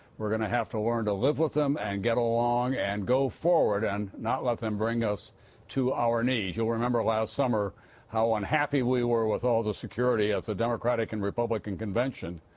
we're going to have to learn to live with them and get along and go forward and not let them bring us to our knees. you'll remember last summer how unhappy we were with all the security at the democratic and republican convention.